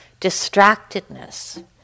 Distractedness